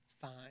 fine